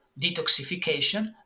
detoxification